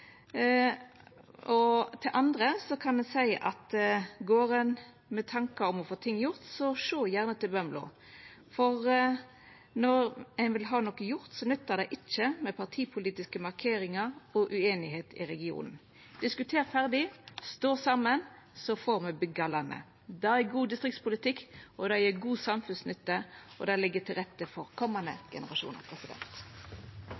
og til andre som går med tankar om å få ting gjort: Sjå gjerne til Bømlo, for når ein vil ha noko gjort, nyttar det ikkje med partipolitiske markeringar og ueinigheit i regionen. Diskuter ferdig, og stå saman – så får me bygd landet. Det er god distriktspolitikk, det gjev god samfunnsnytte, og det legg til rette for